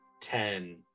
ten